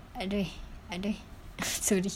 adoi adoi sorry